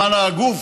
הגוף,